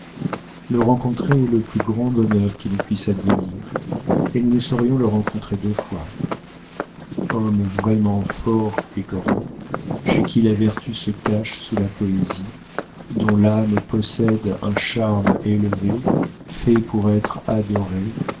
le rencontrer est le plus grand bonheur qui nous puisse advenir et nous ne saurions le rencontrer deux fois hommes vraiment forts et grands chez qui la vertu se cache sous la poésie dont l'âme possède un charme élevé faits pour être adorés